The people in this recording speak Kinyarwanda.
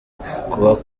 kuba